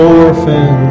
orphan